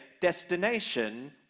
destination